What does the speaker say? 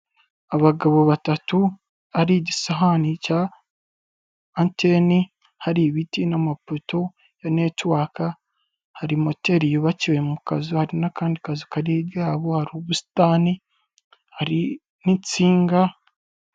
Abagabo batatu hari igisahani cya ateni, hari ibiti n'amaputo ya netiwaka, hari moteri yubakiwe mu kazu, hari n'akandi kazu kari hiryayaho, hari ubusitani, hari n'intsinga.